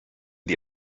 die